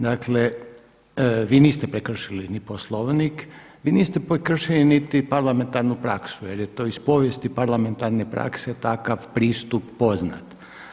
Dakle, vi niste prekršili ni Poslovnik vi niste prekršili niti parlamentarnu praksu jer je to iz povijesti parlamentarne prakse takav pristup poznat.